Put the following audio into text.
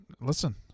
Listen